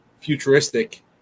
futuristic